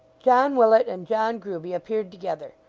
john willet and john grueby appeared together.